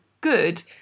good